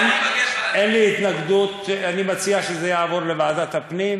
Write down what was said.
אני מציע שיחזרו לשולחן הדיונים.